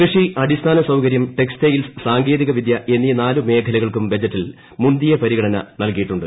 കൃഷി അടിസ്ഥാന സൌകര്യം ടെക്സ്റ്റൈൽസ് സാങ്കേതിക വിദ്യ എന്നീ നാല് മേഖലകൾക്കും ബജറ്റിൽ മുന്തിയ പരിഗണന നൽകിയിട്ടുണ്ട്